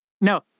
no